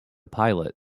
pilot